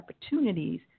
opportunities